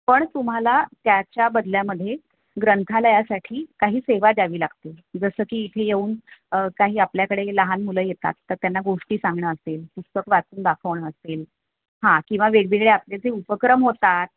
पण तुम्हाला त्याच्या बदल्यामध्ये ग्रंथालयासाठी काही सेवा द्यावी लागतील जसं की इथे येऊन काही आपल्याकडे लहान मुलं येतात तर त्यांना गोष्टी सांगणं असेल पुस्तक वाचून दाखवणं असेल हां किंवा वेगवेगळे आपले जे उपक्रम असतात